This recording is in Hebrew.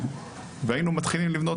והיינו מתחילים לבנות.